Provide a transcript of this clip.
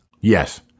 Yes